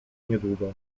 niedługo